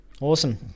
awesome